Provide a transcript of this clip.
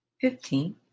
fifteen